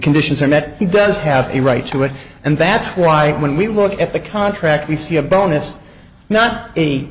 conditions are met he does have a right to it and that's why when we look at the contract we see a bonus not a